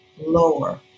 lower